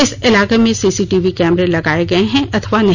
इस इलाके में सीसीटीवी कैमरे लगाए गए हैं अथवा नहीं